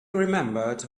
remembered